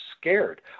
scared